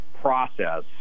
process